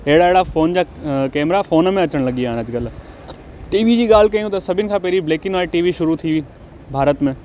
अहिड़ा अहिड़ा फ़ोन जा कैमरा फ़ोन में अचनि लॻी विया आइन अॼकल्ह टी वी जी ॻाल्हि कयूं त सभिनि खां पहिरीं black and white T V शुरू थी हुई भारत में